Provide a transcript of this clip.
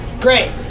Great